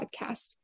podcast